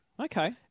Okay